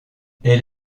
elle